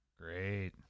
great